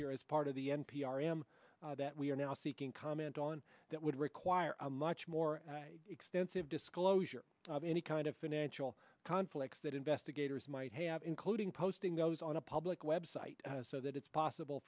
here as part of the n p r m that we are now seeking comment on that would require a much more extensive disclosure of any kind of financial conflicts that investigators might have including posting those on a public web site so that it's possible